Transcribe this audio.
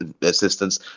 assistance